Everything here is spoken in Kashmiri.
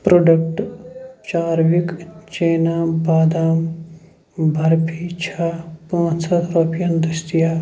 پرٛوڈکٹ چاروِک چینا بادام برفی چھا پٲنٛژ ہتھ رۄپیَن دٔستِیاب